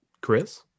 Chris